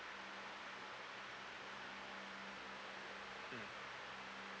mm